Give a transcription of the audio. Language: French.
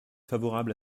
favorable